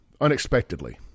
Unexpectedly